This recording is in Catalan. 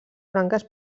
branques